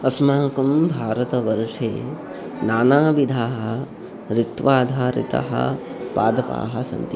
अस्माकं भारतवर्षे नानाविधाः ऋत्वाधारिताः पादपाः सन्ति